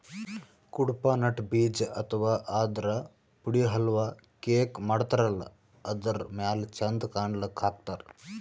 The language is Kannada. ಕುಡ್ಪಾ ನಟ್ ಬೀಜ ಅಥವಾ ಆದ್ರ ಪುಡಿ ಹಲ್ವಾ, ಕೇಕ್ ಮಾಡತಾರಲ್ಲ ಅದರ್ ಮ್ಯಾಲ್ ಚಂದ್ ಕಾಣಕ್ಕ್ ಹಾಕ್ತಾರ್